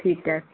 ਠੀਕ ਹੈ